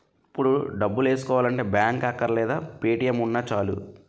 ఇప్పుడు డబ్బులేసుకోవాలంటే బాంకే అక్కర్లేదు పే.టి.ఎం ఉన్నా చాలు